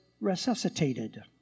resuscitated